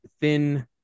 thin